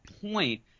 point